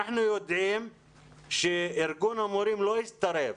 אנחנו יודעים שארגון המורים לא הצטרף